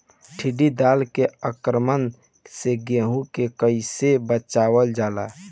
टिडी दल के आक्रमण से गेहूँ के कइसे बचावल जाला?